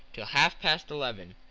till half-past eleven,